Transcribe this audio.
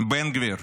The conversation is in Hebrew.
בן גביר,